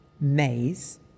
maze